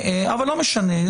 אבל לא משנה,